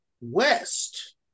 west